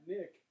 Nick